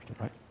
right